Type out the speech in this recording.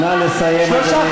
נא לסיים, אדוני.